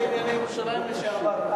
כשר לענייני ירושלים לשעבר,